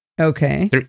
Okay